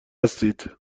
هستید